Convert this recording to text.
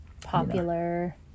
popular